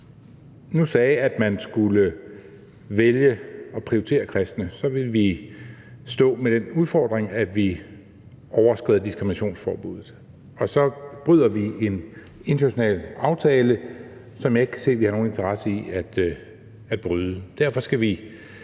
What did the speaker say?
nu sagde, at man skulle vælge at prioritere kristne, så ville vi stå med den udfordring, at vi overskrider diskriminationsforbuddet. Og så bryder vi en international aftale, som jeg ikke kan se vi har nogen interesse i at bryde. Derfor skal vi